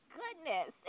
goodness